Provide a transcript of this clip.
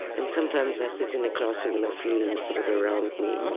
and sometimes i sit in a classroom and i feel him sort of around me,